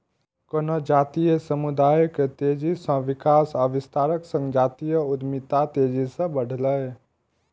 कोनो जातीय समुदाय के तेजी सं विकास आ विस्तारक संग जातीय उद्यमिता तेजी सं बढ़लैए